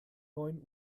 neun